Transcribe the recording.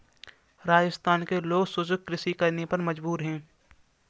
राजस्थान के लोग शुष्क कृषि करने पे मजबूर हैं